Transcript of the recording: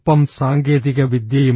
ഒപ്പം സാങ്കേതികവിദ്യയും